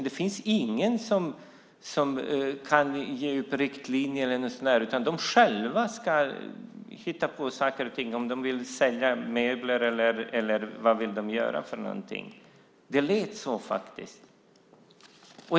Det finns tydligen ingen som kan ge några riktlinjer, utan de ska själva hitta på saker och ting, om de vill sälja möbler eller vad som helst. Det lät faktiskt så.